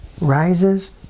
rises